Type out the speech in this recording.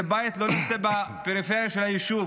הבית לא נמצא בפריפריה של היישוב,